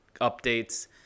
updates